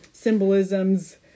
Symbolisms